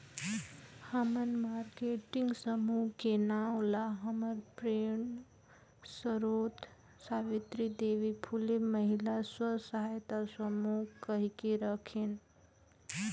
हमन मारकेटिंग समूह के नांव ल हमर प्रेरन सरोत सावित्री देवी फूले महिला स्व सहायता समूह कहिके राखेन